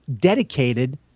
dedicated